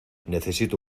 necesito